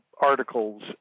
articles